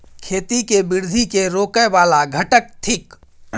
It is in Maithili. खेती केँ वृद्धि केँ रोकय वला घटक थिक?